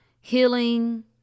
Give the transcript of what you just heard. healing